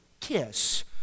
kiss